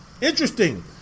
Interesting